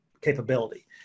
capability